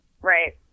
Right